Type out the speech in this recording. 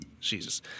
Jesus